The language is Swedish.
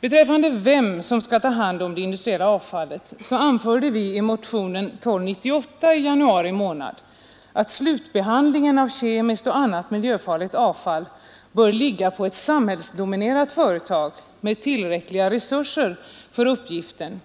Beträffande vem som skall ta hand om det industriella avfallet anförde vi i motionen 1298 i januari månad att slutbehandlingen av kemiskt och annat miljöfarligt avfall bör ligga på ett samhällsdominerat företag med tillräckliga resurser för uppgiften,